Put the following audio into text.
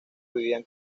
vivían